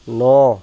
ন